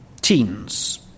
teens